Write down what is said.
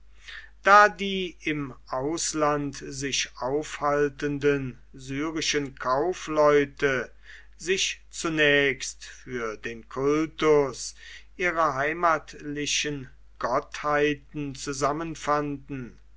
da die im ausland sich aufhaltenden syrischen kaufleute sich zunächst für den kultus ihrer heimatlichen gottheiten zusammenfanden